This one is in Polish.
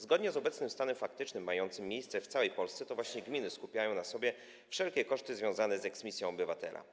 Zgodnie z obecnym stanem faktycznym mającym miejsce w całej Polsce to właśnie gminy skupiają na sobie wszelkie koszty związane z eksmisją obywatela.